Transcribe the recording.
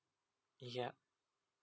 yup